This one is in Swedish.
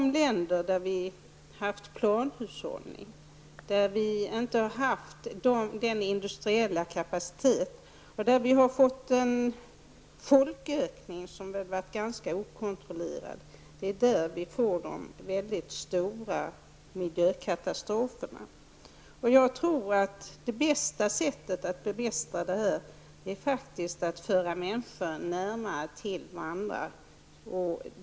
I länder med planhushållning, dålig industriell kapacitet och med en okontrollerad folkökning inträffar de stora miljökatastroferna. Det bästa sättet att bemästra miljöproblemen är att föra människor närmare varandra.